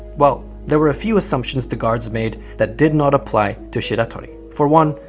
well, there were a few assumptions the guards made that did not apply to shiratori. for one,